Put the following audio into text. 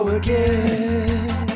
again